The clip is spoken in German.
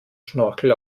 schnorchel